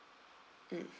mm